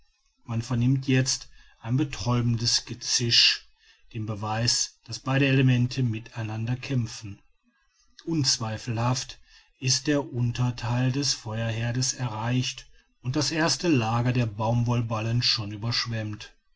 man vernimmt jetzt ein betäubendes gezisch den beweis daß beide elemente mit einander kämpfen unzweifelhaft ist der untertheil des feuerherdes erreicht und das erste lager der baumwollenballen schon überschwemmt